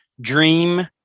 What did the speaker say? dream